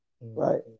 right